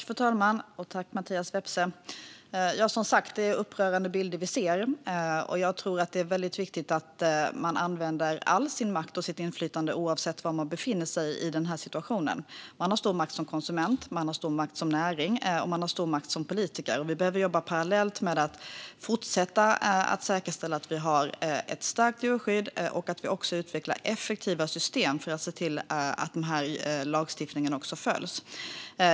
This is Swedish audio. Fru talman! Tack, Mattias Vepsä! Det är upprörande bilder vi ser. Det är väldigt viktigt att man använder all sin makt och sitt inflytande oavsett var man befinner sig i den här situationen. Man har stor makt som konsument, man har stor makt som näring och man har stor makt som politiker. Vi behöver jobba parallellt med att fortsätta att säkerställa att vi har ett starkt djurskydd och att vi utvecklar effektiva system för att se till att lagstiftningen följs.